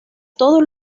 todos